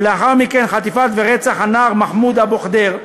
ולאחר מכן החטיפה והרצח של הנער מוחמד אבו ח'דיר,